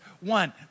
One